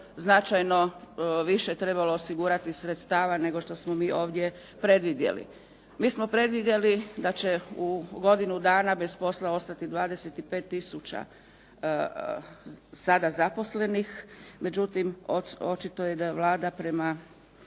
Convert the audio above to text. značajno više trebalo osigurati sredstava nego što smo mi ovdje predvidjeli. Mi smo predvidjeli da će u godinu dana bez posla ostati 25 tisuća sada zaposlenih, međutim očito je da Vlada prema